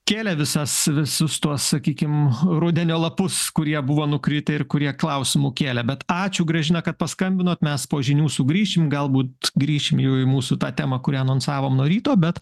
kėlė visas visus tuos sakykim rudenio lapus kurie buvo nukritę ir kurie klausimų kėlė bet ačiū gražina kad paskambinot mes po žinių sugrįšim galbūt grįšim jau į mūsų tą temą kurią anonsavom nuo ryto bet